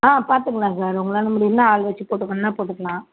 பார்த்துக்கலாம் சார் உங்களால் முடியும்னால் ஆள் வச்சுப் போட்டுக்கணுனால் போட்டுக்கலாம்